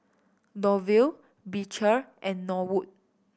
Lovie Beecher and Norwood